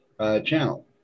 channel